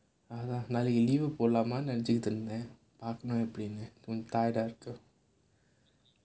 அவ்ளோதான் நாளைக்கு:avlothaan naalaikku leave போடலாமான்னு நினைச்சிட்டு இருந்தேன் பாக்கலாம் எப்படினு:podalaamanu ninachchittu irunthaen paakklaam eppadinu tired ah இருக்கு:irukku